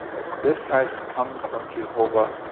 this has come from jehovah,